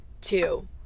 two